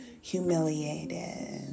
humiliated